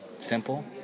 Simple